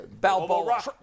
Balboa